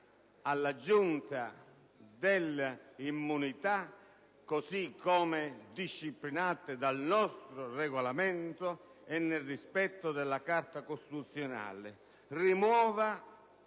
delle immunità parlamentari, così come disciplinato dal nostro Regolamento e nel rispetto della Carta costituzionale. Rimuova